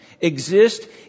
exist